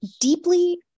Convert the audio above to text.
deeply